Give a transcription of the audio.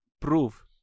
prove